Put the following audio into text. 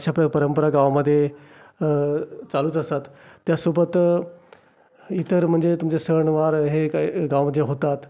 अशा पं परंपरा गावामध्ये चालूच असतात त्यासोबत इतर म्हणजे तुमचे सण वार हे काही गावामध्ये होतात